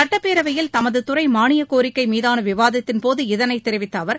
சுட்டப்பேரவையில் தமது துறை மாளியக் கோரிக்கை மீதான விவாதத்தின் போது இதனைத் தெரிவித்த அவர்